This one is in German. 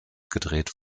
gedreht